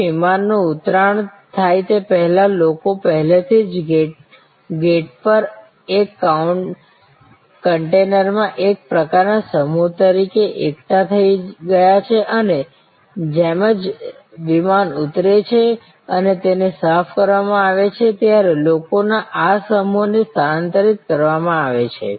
તેથી વિમાન નું ઉત્રાણ થાય તે પહેલાં લોકો પહેલેથી જ ગેટ પર એક કન્ટેનરમાં એક પ્રકારના સમૂહ તરીકે એકઠા થઈ ગયા છે અને જેમ જ વિમાન ઉતરે છે અને તેને સાફ કરવામાં આવે છે ત્યારે લોકોના આ સમૂહ ને સ્થાનાંતરિત કરવામાં આવે છે